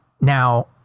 Now